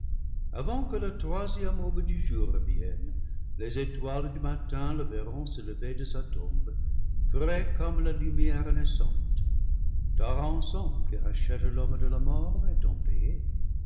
avant que la troisième aube du jour revienne les étoiles du matin le verront se lever de sa tombe frais comme la lumière naissante ta rançon qui ra chète l'homme de la mort étant payée